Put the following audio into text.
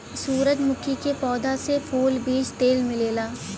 सूरजमुखी के पौधा से फूल, बीज तेल मिलेला